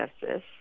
justice